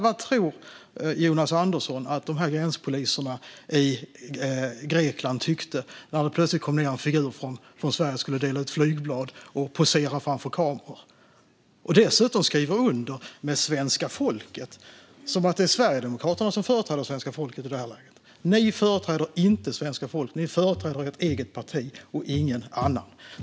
Vad tror Jonas Andersson att gränspoliserna i Grekland tyckte när det plötsligt kom ned en figur från Sverige och skulle dela ut flygblad och posera framför kameror? Han hade dessutom skrivit under med Svenska folket, precis som att det är Sverigedemokraterna som företräder svenska folket i det här läget. Ni företräder inte svenska folket, Jonas Andersson, utan ni företräder ert eget parti och inget annat.